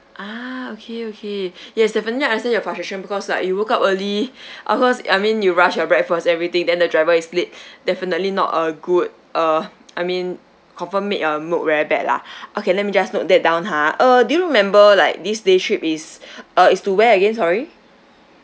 ah okay okay yes definitely I understand you frustration because like you woke up early of course I mean you rush your breakfast everything then the driver is late definitely not a good uh I mean confirm make your mood very bad lah okay let me just note that down ha uh do you remember like this day trip is uh is to where again sorry